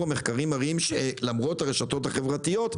המחקרים מראים שלמרות הרשתות החברתיות,